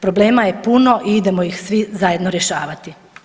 Problema je puno i idemo ih svi zajedno rješavati.